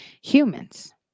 humans